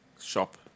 shop